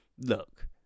look